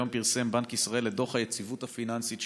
היום פרסם בנק ישראל את דוח היציבות הפיננסית שלו,